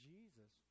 Jesus